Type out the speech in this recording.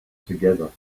together